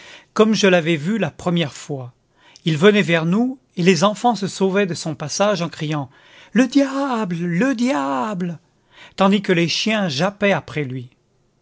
comme je l'avais vu la première fois il venait vers nous et les enfants se sauvaient de son passage en criant le diable le diable tandis que les chiens jappaient après lui